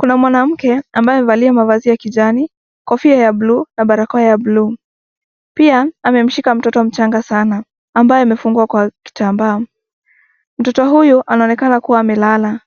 Kuna mwanamke ambaye amevalia mavazi ya kijani kofia ya blu na barakoa ya blu , pia amemshika mtoto mchanga sana ambaye amefungwa kwa kitambaa. Mtoto huyu anaonekana kuwa amelala.